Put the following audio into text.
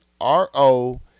R-O